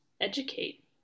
educate